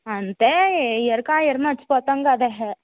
అంటే ఏ ఇయర్కి ఆ ఇయర్ మర్చిపోతాం కదే